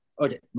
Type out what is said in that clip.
Okay